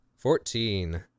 Fourteen